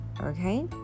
okay